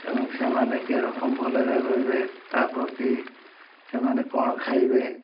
ଏବଂ ସେମାନେ କେଉଁ ରକମ ଭଲରେ ରହିବେ ତା ପ୍ରତି ସେମାନେ କ'ଣ ଖାଇବେ